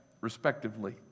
respectively